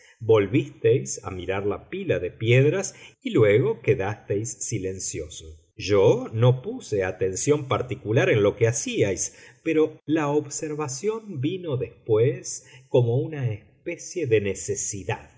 volvisteis a mirar a la pila de piedras y luego quedasteis silencioso yo no puse atención particular en lo que hacíais pero la observación vino después como una especie de necesidad